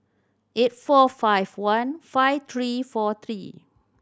eight four five one five three four three